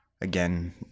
again